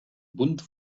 bunt